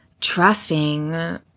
trusting